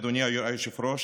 אדוני היושב-ראש,